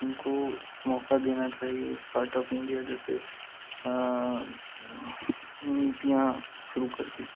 उनको मौका देना चाहिए स्टार्टअप इंडिया जैसे नीतियाँ शुरू करके